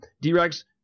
D-Rex